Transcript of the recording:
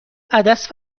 عدس